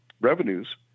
revenues